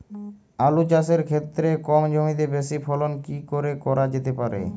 আলু চাষের ক্ষেত্রে কম জমিতে বেশি ফলন কি করে করা যেতে পারে?